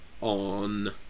on